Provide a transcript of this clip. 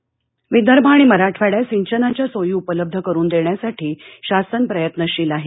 कषीमंत्री विदर्भ आणि मराठवाड्यात सिंचनाच्या सोयी उपलब्ध करून देण्यासाठी शासन प्रयत्नशील आहे